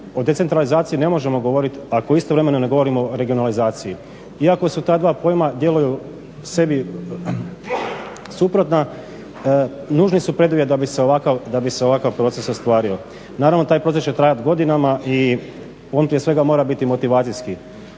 o decentralizaciji ne možemo govoriti ako istovremeno ne govorimo o regionalizaciji. Iako su ta dva pojma, djeluju sebi suprotna, nužni su preduvjet da bi se ovakav proces ostvario. Naravno taj proces će trajati godinama i on prije svega mora biti motivacijski.